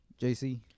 JC